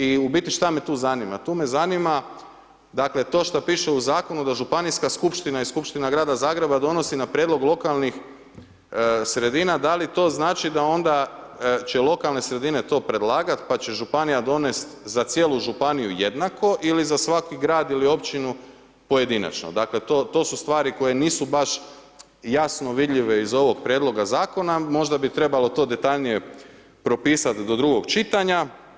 I u biti šta me tu zanima, tu me zanima dakle to što piše u zakonu da županijska skupština i Skupština Grada Zagreba donosi na prijedlog lokalnih sredina, da li to znači da ona će lokalne sredine to predlagat pa će županija donest za cijelu županiju jednako ili za svaki grad ili općinu pojedinačno, dakle to su stvari koje nisu baš jasno vidljive iz ovog prijedloga zakona, možda bi trebalo to detaljnije propisat do drugog čitanja.